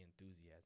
enthusiasm